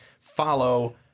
follow